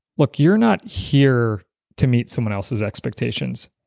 look, you're not here to meet someone else's expectations.